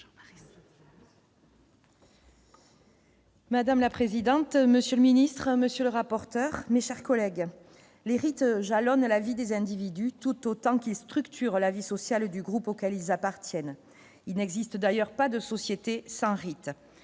Madame la présidente, monsieur le ministre, monsieur le rapporteur, mes chers collègues, les rites jalonnent la vie des individus tout autant qui structurent la vie sociale du groupe auquel ils appartiennent, il n'existe d'ailleurs pas de société sans rite